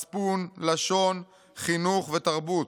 מצפון, לשון, חינוך ותרבות,